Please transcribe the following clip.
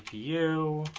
you